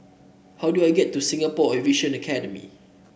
how do I get to Singapore Aviation Academy